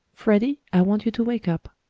freddie, i want you to wake up,